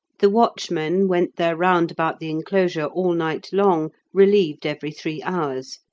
the watchmen went their round about the enclosure all night long, relieved every three hours,